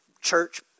church